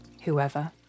whoever